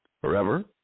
forever